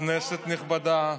כנסת נכבדה,